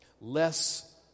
less